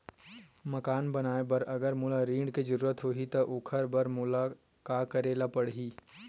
मकान बनाये बर अगर मोला ऋण के जरूरत होही त ओखर बर मोला का करे ल पड़हि?